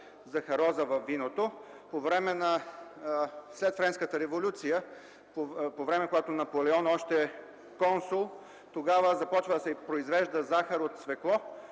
захароза във виното? След Френската революция, по времето, когато Наполеон още е консул, започва да се произвежда захар от цвекло,